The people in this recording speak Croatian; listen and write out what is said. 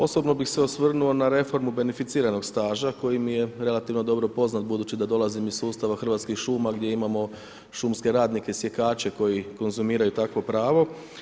Osobno bih se osvrnuo na reformu beneficiranog staža, koji mi je relativno dobro poznat, budući da dolazim iz sustava hrvatskih šuma, gdje imamo šumske radnike, sjekače, koji konzumiraju takvo pravo.